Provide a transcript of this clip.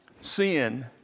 Sin